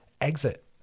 exit